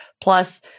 Plus